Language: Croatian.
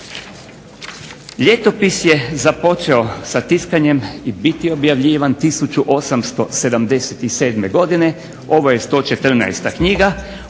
Ljetopis je počeo sa tiskanjem i biti objavljivan 1877. godine, ovo je 114 knjiga.